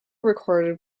recorded